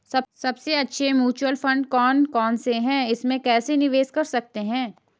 सबसे अच्छे mutual fund कौन कौनसे हैं इसमें कैसे निवेश कर सकते हैं?